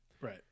Right